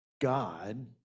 god